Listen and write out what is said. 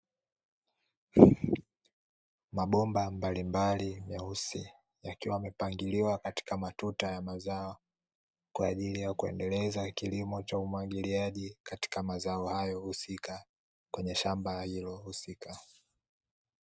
Mabomba mbalimbali meusi yakiwa yamepangiliwa katika matuta ya mazao kwa ajili ya kuendeleza kilimo cha umwagiliaji katika mazao hayo husika kwenye shamba hilo husika,